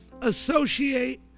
associate